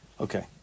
okay